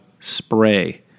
Spray